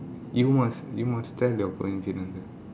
you must you must tell your coincidence